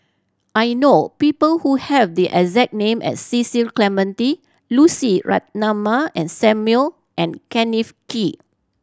I know people who have the exact name as Cecil Clementi Lucy Ratnammah and Samuel and Kenneth Kee